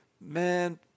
man